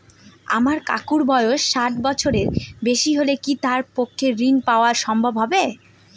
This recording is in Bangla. আমার কাকুর বয়স ষাট বছরের বেশি হলে কি তার পক্ষে ঋণ পাওয়া সম্ভব হবে?